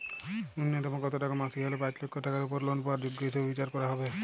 ন্যুনতম কত টাকা মাসিক আয় হলে পাঁচ লক্ষ টাকার উপর লোন পাওয়ার যোগ্য হিসেবে বিচার করা হবে?